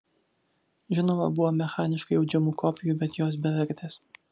žinoma buvo mechaniškai audžiamų kopijų bet jos bevertės